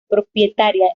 propietaria